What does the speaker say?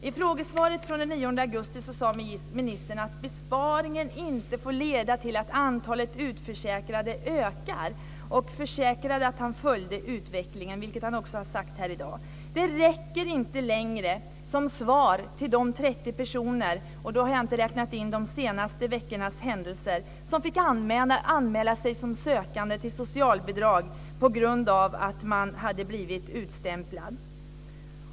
I frågesvaret från den 9 augusti sade näringsministern att besparingen inte får leda till att antalet utförsäkrade ökar, och han försäkrade att han följde utvecklingen, vilket han också har sagt här i dag. Det räcker inte längre som svar till de 30 personer - och då har jag inte räknat in de senaste veckornas händelser - som fick anmäla sig som sökande till socialbidrag på grund av de hade blivit utstämplade.